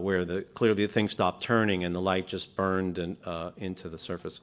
where the clearly the thing stopped turning and the light just burned and into the surface.